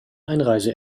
einreise